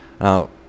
Now